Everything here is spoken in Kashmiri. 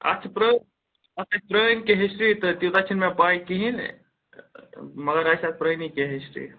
اَتھ چھِ پرٛ اَتھ چھِ پرٛٲنۍ کیںٛہہ ہِسٹرٛی تہٕ تیٖژاہ چھَنہٕ مےٚ پَے کِہیٖنۍ مگر پرٛٲنی کیٚنٛہہ ہِسٹرٛی